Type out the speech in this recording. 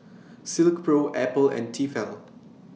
Silkpro Apple and Tefal